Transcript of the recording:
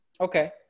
Okay